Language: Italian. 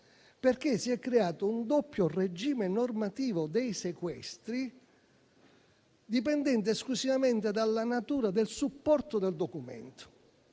perché si è creato un doppio regime normativo dei sequestri dipendente esclusivamente dalla natura del supporto del documento.